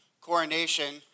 coronation